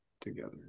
together